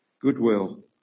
goodwill